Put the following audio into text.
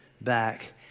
back